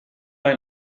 ein